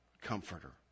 comforter